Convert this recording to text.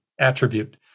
attribute